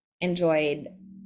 enjoyed